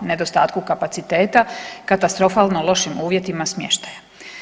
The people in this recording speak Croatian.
Nedostatku kapaciteta, katastrofalno lošim uvjetima smještaja.